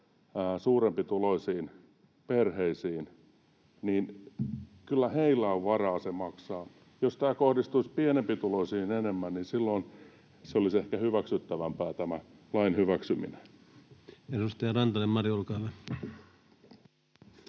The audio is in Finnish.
suurempituloisiin perheisiin, niin kyllä heillä on varaa se maksaa. Jos tämä kohdistuisi pienempituloisiin enemmän, niin silloin tämän lain hyväksyminen olisi ehkä